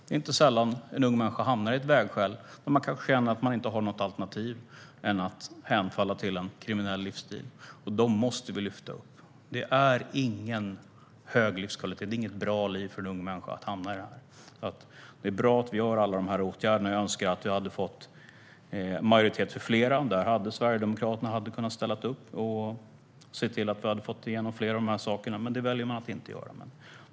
Det är inte sällan en ung människa hamnar i ett vägskäl där man kanske känner att man inte har något annat alternativ än att hemfalla till en kriminell livsstil. Dem måste vi lyfta upp. Det är ingen hög livskvalitet och inget bra liv för en ung människa att hamna i. Det är bra att vi vidtar alla dessa åtgärder, och jag önskar att vi hade fått majoritet för fler förslag. Sverigedemokraterna hade kunnat ställa upp och se till att vi fick igenom fler saker, men det väljer man att inte göra.